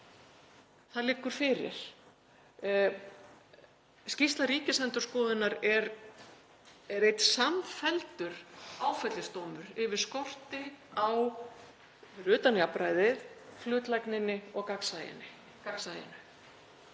Það liggur fyrir. Skýrsla Ríkisendurskoðunar er einn samfelldur áfellisdómur yfir skorti á jafnræði, hlutlægni og gagnsæi,